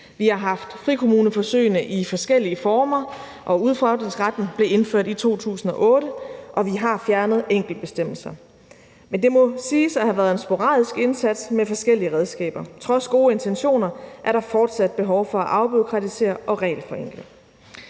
Vi har haft frikommuneforsøgene i forskellige former, og udfordringsretten blev indført i 2008, og vi har fjernet enkeltbestemmelser, men det må siges at have været en sporadisk indsats med forskellige redskaber. Trods gode intentioner er der fortsat behov for at afbureaukratisere og regelforenkle.